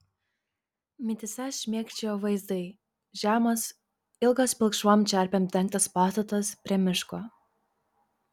mintyse šmėkščiojo vaizdai žemas ilgas pilkšvom čerpėm dengtas pastatas prie miško